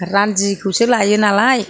रान्दिखौसो लायो नालाय